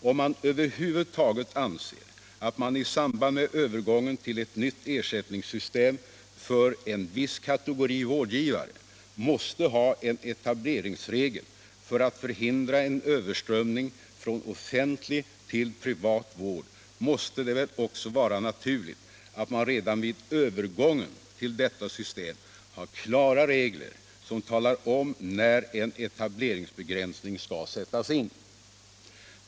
Om man över huvud taget anser att man i samband med övergången till ett nytt ersättningssystem för en viss kategori vårdgivare måste ha en etableringsregel för att förhindra en överströmning från offentlig till privat vård, måste det väl också vara naturligt att man redan vid övergången till detta system har klara regler som talar om när en etableringsbegränsning skall sättas in.